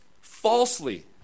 falsely